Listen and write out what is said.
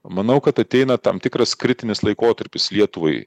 manau kad ateina tam tikras kritinis laikotarpis lietuvai